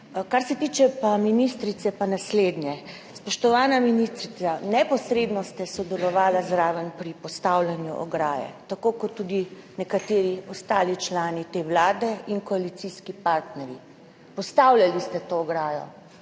Kar se tiče pa ministrice, pa naslednje. Spoštovana ministrica, neposredno ste sodelovala zraven pri postavljanju ograje, tako kot tudi nekateri ostali člani te Vlade in koalicijski partnerji. Postavljali ste to ograjo,